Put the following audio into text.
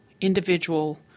individual